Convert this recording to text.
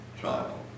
child